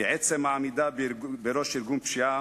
כי עצם העמידה בראש ארגון פשיעה,